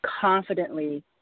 confidently